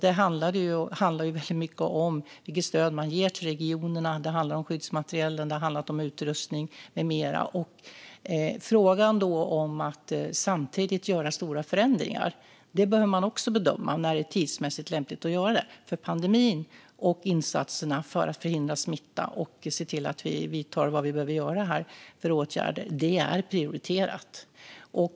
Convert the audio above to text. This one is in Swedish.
Det handlar väldigt mycket om vilket stöd som ges till regionerna, om skyddsmaterielen, om utrustning med mera. Ska man göra stora förändringar behöver man också bedöma när det är tidsmässigt lämpligt att göra dem, för under pandemin är insatserna och åtgärderna för att förhindra smitta och se till att vi gör vad vi behöver göra prioriterade.